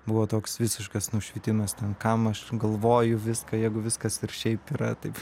buvo toks visiškas nušvitimas ten kam aš galvoju viską jeigu viskas ir šiaip yra taip